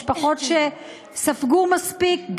משפחות שספגו מספיק,